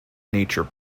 nature